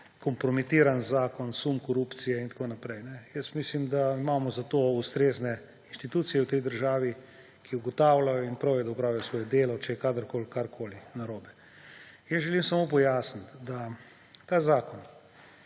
kompromitiran zakon, sum korupcije in tako naprej. Mislim, da imamo za to ustrezne inštitucije v tej državi, ki ugotavljajo. In prav je, da opravijo svoje delo, če je kadarkoli karkoli narobe. Jaz želim samo pojasniti, da ta zakon